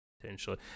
potentially